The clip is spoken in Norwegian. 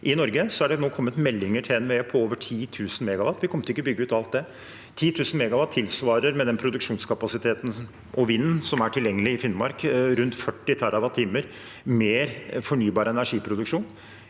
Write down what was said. i Norge, er det nå kommet meldinger til NVE på over 10 000 MW. Vi kommer ikke til å bygge ut alt det. 10 000 MW tilsvarer med den produksjonskapasiteten og vinden som er tilgjengelig i Finnmark, rundt 40 TWh mer fornybar energiproduksjon.